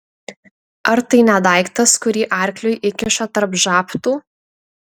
ar tai ne daiktas kurį arkliui įkiša tarp žabtų